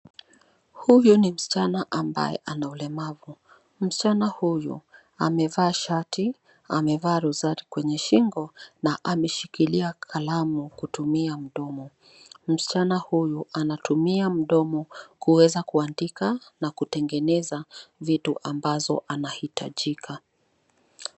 Huyu ni msichana ambaye ana ulemavu. Msichana huyu amevaa shati, amevaa rosari kwenye shingo na ameshikilia kalamu kutumia mdomo. Msichana huyu anatumia mdomo kuweza kuandika na kutengeneza vitu ambazo anahitajika.